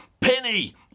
Penny